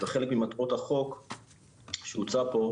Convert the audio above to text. חלק ממטרות החוק שהוצע פה,